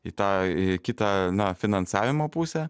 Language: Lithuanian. į tą į kitą na finansavimo pusę